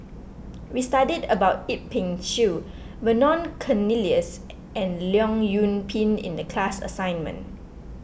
we studied about Yip Pin Xiu Vernon Cornelius and Leong Yoon Pin in the class assignment